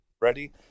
ready